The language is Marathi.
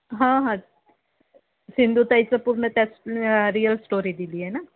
हां हां सिंधुताईचं पूर्ण त्यात रियल स्टोरी दिली आहे ना